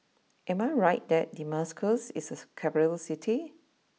am I right that Damascus is a capital City